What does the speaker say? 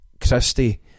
Christie